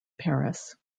paris